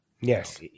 Yes